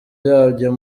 byabyo